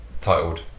titled